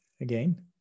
again